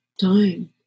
time